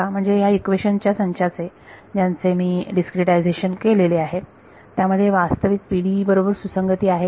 म्हणजे ह्या इक्वेशन्स च्या संचाचे ज्यांचे मी डिस्क्रीटायझेशन मी केले आहे त्यांमध्ये वास्तविक PDE बरोबर सुसंगती आहे का